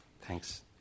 thanks